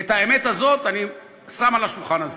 את האמת הזאת אני שם על השולחן הזה.